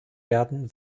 werden